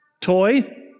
Toy